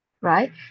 right